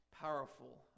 powerful